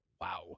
Wow